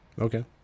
Okay